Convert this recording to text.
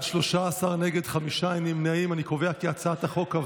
התשפ"ג 2023,